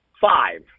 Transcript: five